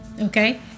okay